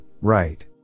right